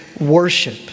worship